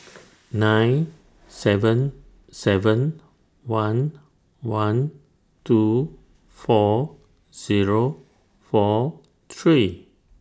nine seven seven one one two four Zero four three